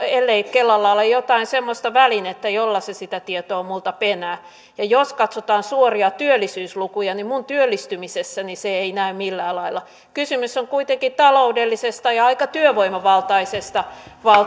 ellei kelalla ole jotain semmoista välinettä jolla se sitä tietoa minulta penää ja jos katsotaan suoria työllisyyslukuja niin minun työllistymisessäni se ei näy millään lailla kysymys on kuitenkin taloudellisesta ja aika työvoimavaltaisesta